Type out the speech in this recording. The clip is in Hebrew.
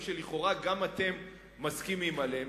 על הדברים שגם אתם לכאורה מסכימים עליהם,